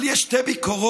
אבל יש שתי ביקורות